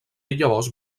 llavors